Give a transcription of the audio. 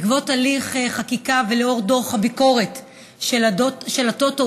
בעקבות הליך חקיקה ולאור דוח הביקורת של הטוטו,